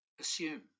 assume